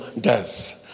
death